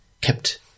kept